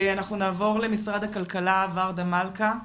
אנחנו נעבור לנציגת משרד הכלכלה, ורדה מלכה.